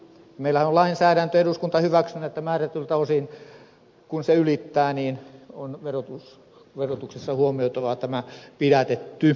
meillähän on lainsäädäntö eduskunta hyväksynyt että kun määrätyiltä osin vero ylittyy niin on verotuksessa on huomioitava tämä pidätetty poistoina